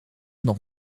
nog